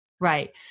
Right